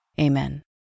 Amen